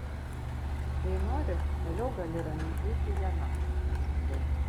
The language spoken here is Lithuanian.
jei nori toliau gali ramiai eiti viena pasakiau